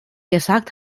gesagt